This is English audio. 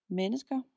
mennesker